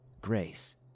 Grace